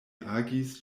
agis